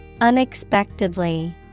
unexpectedly